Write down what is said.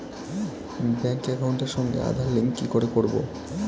Bank একাউন্টের সঙ্গে Aadhaar link কি করে করবো?